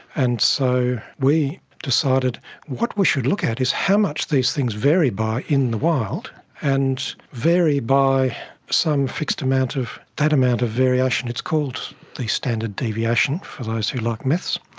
and so we decided what we should look at is how much these things vary by in the wild and vary by some fixed amount of that amount of variation. it's called the standard deviation, for those who like maths,